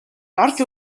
дорж